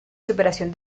superación